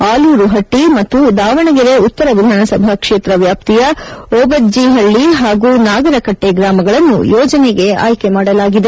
ಆಲೂರು ಹಟ್ಟಿ ಮತ್ತು ದಾವಣಗೆರೆ ಉತ್ತರ ವಿಧಾನಸಭಾ ಕ್ಷೇತ್ರ ವ್ಯಾಪ್ತಿಯ ಓಬಜ್ಜಿಹಳ್ಳಿ ಹಾಗೂ ನಾಗರಕಟ್ಟೆ ಗ್ರಾಮಗಳನ್ನು ಯೋಜನೆಗೆ ಆಯ್ಕೆ ಮಾಡಲಾಗಿದೆ